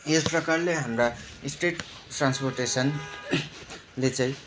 यस प्रकारले हाम्रा स्टेट ट्रान्सपोर्टेसनले चाहिँ